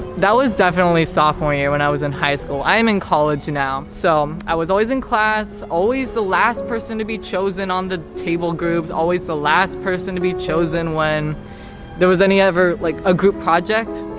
that was definitely sophomore year when i was in high school, i am in college now. so, um i was always in class, always the last person to be chosen on the table groups, always the last person to be chosen when there was any ever, like a group project.